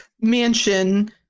mansion